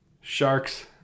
Sharks